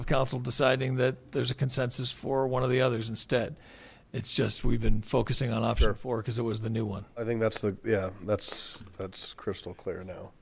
of counsel deciding that there's a consensus for one of the others instead it's just we've been focusing on after four because it was the new one i think that's the that's that's crystal clear no